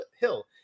Hill